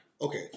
okay